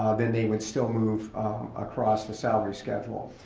ah then they would still move across the salary schedule.